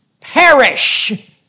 perish